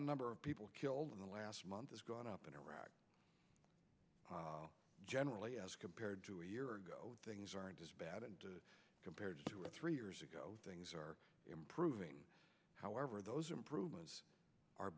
number of people killed in the last month has gone up in iraq generally as compared to a year ago things aren't as bad compared to two or three years ago things are improving however those improvements are